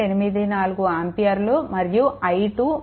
84 ఆంపియర్లు మరియు i2 10